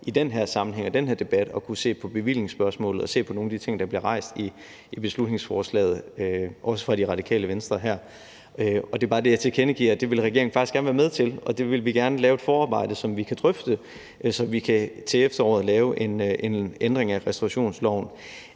i den her sammenhæng og i den her debat at kunne se på bevillingsspørgsmålet og se på nogle af de ting, der bliver rejst i beslutningsforslaget, også fra De Radikale Venstre her. Det er bare det, jeg tilkendegiver, altså at det vil regeringen gerne være med til, og vi vil gerne lave et forarbejde, som vi kan drøfte, så vi til efteråret kan lave en ændring af restaurationsloven.